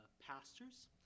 pastors